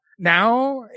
Now